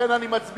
לכן אני מצביע